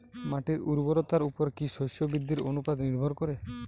মাটির উর্বরতার উপর কী শস্য বৃদ্ধির অনুপাত নির্ভর করে?